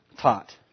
taught